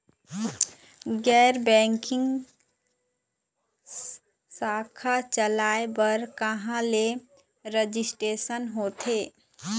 गैर बैंकिंग शाखा चलाए बर कहां ले रजिस्ट्रेशन होथे?